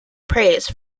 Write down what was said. praise